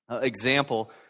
example